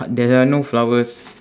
there are no flowers